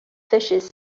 fishes